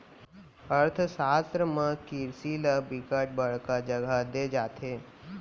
अर्थसास्त्र म किरसी ल बिकट बड़का जघा दे जाथे